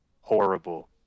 horrible